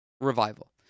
revival